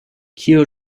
kio